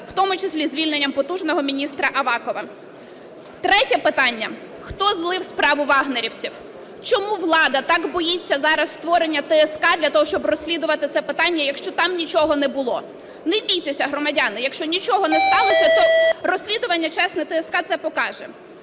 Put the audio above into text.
в тому числі звільненням потужного міністра Авакова. Третє питання: "Хто "злив" справу "вагнерівців"? Чому влада так боїться зараз створення ТСК для того, щоб розслідувати це питання, якщо там нічого не було? Не бійтеся, громадяни, якщо нічого не сталося, то розслідування чесне ТСК це покаже.